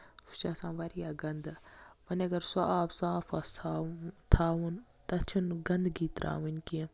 سُہ چھُ آسان واریاہ گَندٕ وۄنۍ اَگر سُہ آب صاف آسہِ تھاوُن تَتھ چھنہٕ گَندگی تراوٕنۍ کیٚنہہ